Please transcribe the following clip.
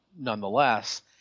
nonetheless